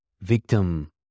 victim